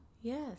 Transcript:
Yes